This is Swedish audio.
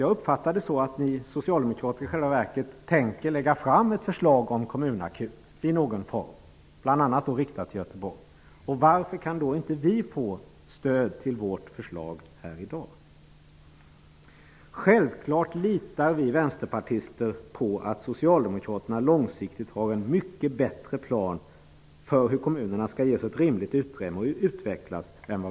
Jag uppfattar att ni socialdemokrater i själva verket tänker lägga fram ett förslag om kommunakut i någon form, bl.a. riktad till Göteborg. Varför kan då inte vi få stöd för vårt förslag här i dag? Självklart litar vi vänsterpartister på att socialdemokraterna långsiktigt har en mycket bättre plan än regeringen för hur kommunerna skall ges ett rimligt utrymme att utvecklas.